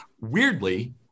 Weirdly